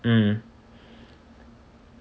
mm